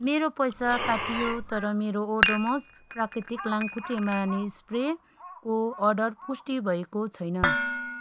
मेरो पैसा काटियो तर मेरो ओडोमोस प्राकृतिक लामखुट्टे मार्ने स्प्रेको अर्डर पुष्टि भएको छैन